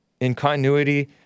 incontinuity